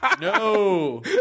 No